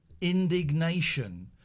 indignation